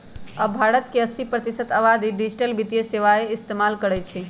अब भारत के अस्सी प्रतिशत आबादी डिजिटल वित्तीय सेवाएं इस्तेमाल करई छई